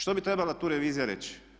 Što bi trebala tu revizija reći?